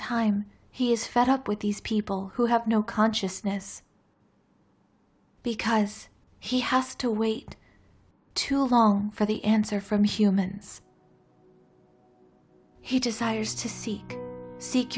time he is fed up with these people who have no consciousness because he has to wait too long for the answer from humans he desires to see seek